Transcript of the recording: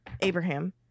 Abraham